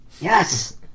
Yes